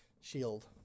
shield